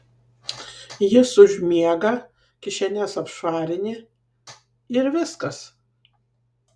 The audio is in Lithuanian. jis užmiega kišenes apšvarini ir viskas